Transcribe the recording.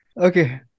Okay